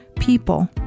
people